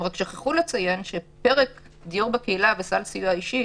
הם שכחו לציין שפרק דיור בקהילה וסל סיוע אישי,